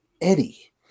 eddie